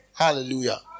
Hallelujah